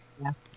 yes